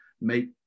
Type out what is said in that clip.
make